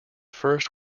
first